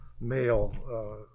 male